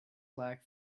lack